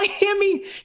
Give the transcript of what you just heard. Miami